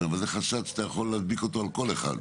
אבל זה חשד שאתה יכול להדביק על כל אחד.